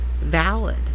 valid